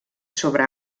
sobre